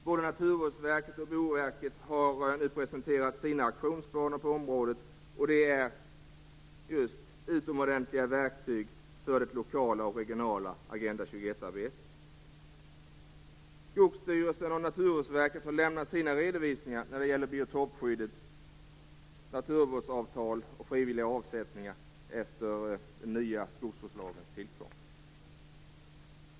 Både Naturvårdsverket och Boverket har nu presenterat sina aktionsplaner på området, och de är utomordentliga verktyg för det lokala och regionala Agenda 21 Skogsstyrelsen och Naturvårdsverket har lämnat sina redovisningar när det gäller biotopskyddet, naturvårdsavtal och frivilliga avsättningar efter den nya skogsvårdslagens tillkomst.